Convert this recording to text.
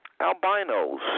albinos